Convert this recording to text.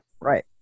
right